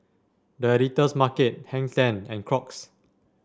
The Editor's Market Hang Ten and Crocs